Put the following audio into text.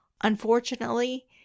Unfortunately